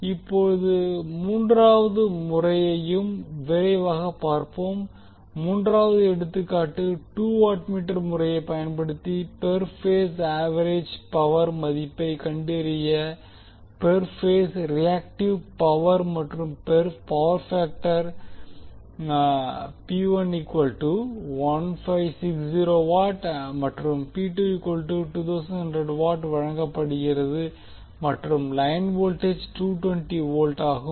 இப்போது மூன்றாவது முறையையும் விரைவாகப் பார்ப்போம் மூன்றாவது எடுத்துக்காட்டு டூ வாட்மீட்டர் முறையைப் பயன்படுத்தி பெர் பேஸ் ஆவெரேஜ் பவர் மதிப்பைக் கண்டறிய பெர் பேஸ் ரியாக்டிவ் பவர் மற்றும் பவர் பேக்டர் மற்றும் வழங்கப்படுகிறது மற்றும் லைன் வோல்டேஜ் 220 வோல்ட் ஆகும்